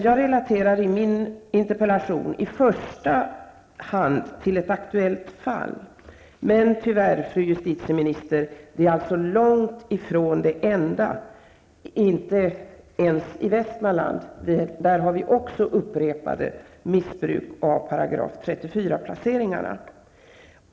Jag relaterar i min interpellation i första hand ett aktuellt fall, men tyvärr, fru justitieminister, är det långt i från det enda. Det är inte ens det enda i Västmanland. Även där förekommer upprepade missbruk av § 34-placeringarna.